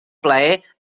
plaer